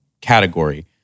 category